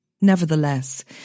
Nevertheless